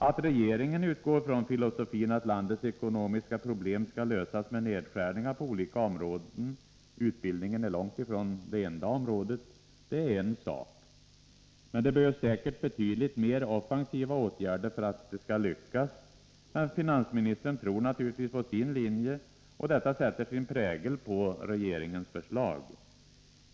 Att regeringen utgår från filosofin att landets ekonomiska problem skall lösas med nedskärningar på olika områden — utbildningen är långt ifrån det enda området — är en sak. Det behövs säkert betydligt mer offensiva åtgärder för att det skall lyckas, men finansministern tror naturligtvis på sin linje, och detta sätter sin prägel på regeringens förslag.